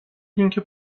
اینکه